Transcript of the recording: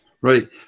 Right